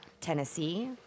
Tennessee